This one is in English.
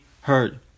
heard